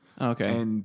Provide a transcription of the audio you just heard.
Okay